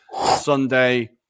Sunday